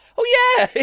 oh yeah,